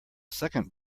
second